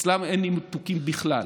אצלן אין ניתוקים בכלל.